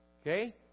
Okay